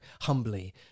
humbly